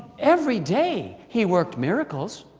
every day he worked miracles,